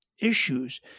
issues